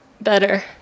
better